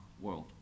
world